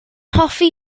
hoffi